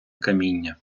каміння